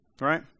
Right